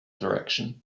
direction